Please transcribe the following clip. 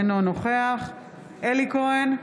אינו נוכח אלי כהן,